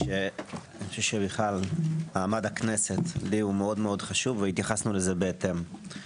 בכלל מעמד הכנסת לי הוא מאד חשוב והתייחסנו לזה בהתאם.